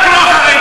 רק לא חרדי.